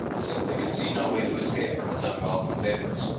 since they could see no way to escape from its unwelcome favours,